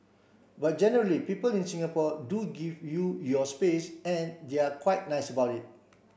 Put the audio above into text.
but generally people in Singapore do give you your space and they're quite nice about it